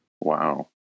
Wow